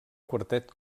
quartet